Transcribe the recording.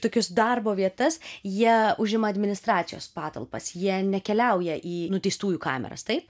tokius darbo vietas jie užima administracijos patalpas jie nekeliauja į nuteistųjų kameras taip